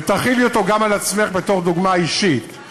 ותחילי אותו גם על עצמך בתור דוגמה אישית,